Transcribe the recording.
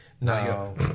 no